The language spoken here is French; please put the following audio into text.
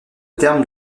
terme